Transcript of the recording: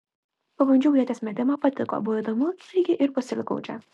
pabandžiau ieties metimą patiko buvo įdomu taigi ir pasilikau čia